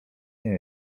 nie